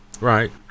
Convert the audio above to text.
Right